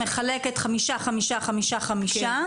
מחלקת חמישה חמישה חמישה,